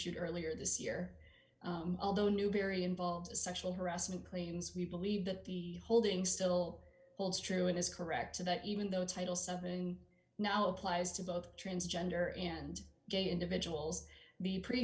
d earlier this year although newberry involves a sexual harassment claims we believe that the holding still holds true it is correct to that even though title seven now applies to both transgender and gay individuals the pre